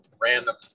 random